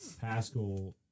Pascal